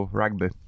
rugby